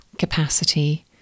capacity